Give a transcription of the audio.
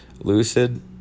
Lucid